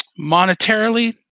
Monetarily